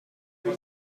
this